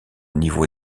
niveau